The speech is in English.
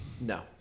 No